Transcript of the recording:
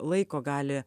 laiko gali